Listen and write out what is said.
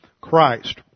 Christ